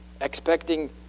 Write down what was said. expecting